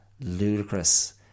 ludicrous